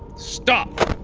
stop!